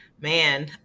man